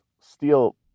steel